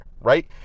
right